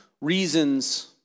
reasons